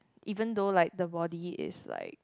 even though like the body is like